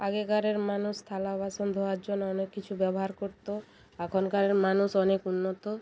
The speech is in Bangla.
আগেকারের মানুষ থালা বাসন ধোয়ার জন্য অনেক কিছু ব্যবহার করতো এখনকারের মানুষ অনেক উন্নত